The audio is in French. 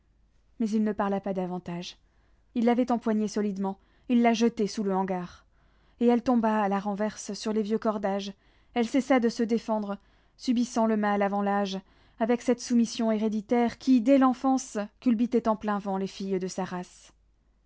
mais il ne parla pas davantage il l'avait empoignée solidement il la jetait sous le hangar et elle tomba à la renverse sur les vieux cordages elle cessa de se défendre subissant le mâle avant l'âge avec cette soumission héréditaire qui dès l'enfance culbutait en plein vent les filles de sa race